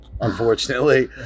unfortunately